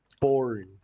boring